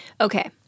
okay –